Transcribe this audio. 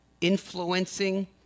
influencing